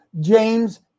James